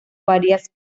varias